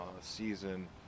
season